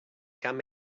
camp